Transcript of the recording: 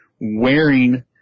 wearing